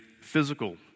physical